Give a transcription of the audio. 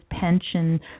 pension